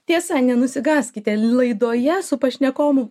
tiesa nenusigąskite laidoje su pašnekovu